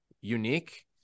unique